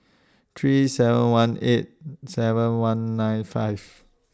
three seven one eight seven one nine five